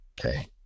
okay